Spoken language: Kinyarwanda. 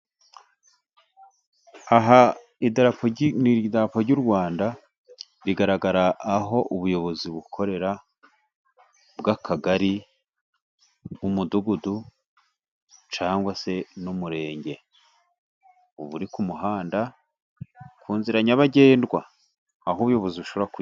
Aha idarapo ry'u Rwanda, rigaragara aho ubuyobozi bukorera, ubw'akagari, mu mudugudu, cyangwa se n'umurenge. Ubu uri ku muhanda, ku nzira nyabagendwa. Aho ubuyobozi bushobora kugera.